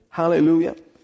hallelujah